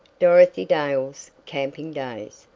dorothy dale's camping days,